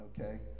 okay